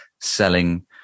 selling